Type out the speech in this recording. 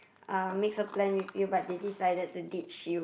uh makes a plan with you but they decided to ditch you